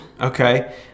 okay